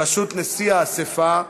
בראשות נשיא האספה,